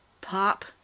Pop